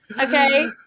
Okay